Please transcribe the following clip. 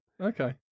Okay